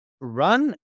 run